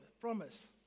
promise